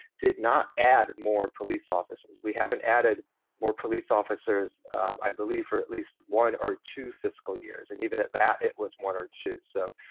did not add more police officers, we haven't added more police officers i believe for at least one or two fiscal years and even at that it was one or two. so,